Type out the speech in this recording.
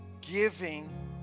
giving